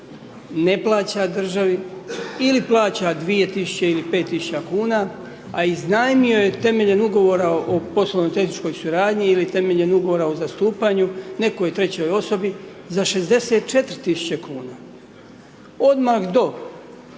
ne plaća državi, ili plaća 2.000,00 kn ili 5.000,00 kn, a iznajmio je temeljem Ugovora o poslovno tehničkoj suradnji ili temeljem Ugovora o zastupanju nekoj trećoj osobi za 64.000,00 kn. Odmah do,